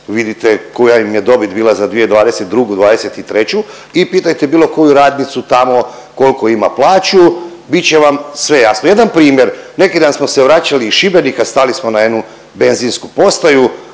vidite koja im je dobit bila za 2022.-'23. i pitajte bilo koju radnicu tamo koliko ima plaću, bit će vam sve jasno. Jedan primjer, neki dan smo se vraćali iz Šibenika, stali smo na jednu benzinsku postaju.